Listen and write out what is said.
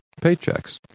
paychecks